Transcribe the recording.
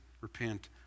repent